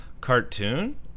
cartoon